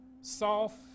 soft